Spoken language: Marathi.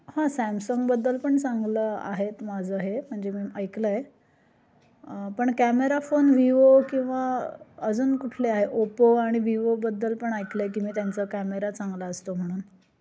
हां सॅमसंगबद्दल पण चांगलं आहेत माझं हे म्हणजे मी ऐकलं आहे पण कॅमेरा फोन विवो किंवा अजून कुठले आहे ओपो आणि विवोबद्दल पण ऐकलं आहे की मी त्यांचा कॅमेरा चांगला असतो म्हणून